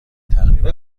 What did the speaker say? تقریبا